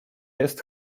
jest